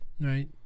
right